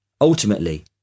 Ultimately